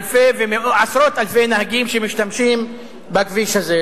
אלפי, עשרות אלפי נהגים שמשתמשים בכביש הזה.